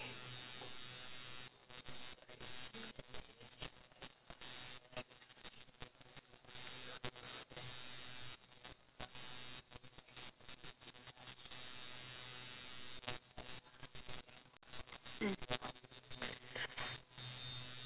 mm